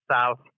south